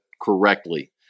correctly